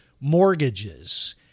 mortgages